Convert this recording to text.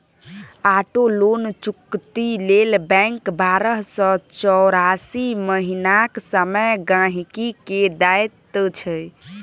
auto loan चुकती लेल bank बारह सँ चौरासी महीनाक समय गांहिकी केँ दैत छै